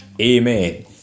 amen